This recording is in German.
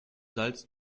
salz